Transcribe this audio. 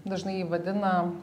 dažnai jį vadina